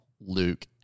Luke